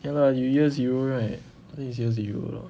ya lah you year zero right is year zero lor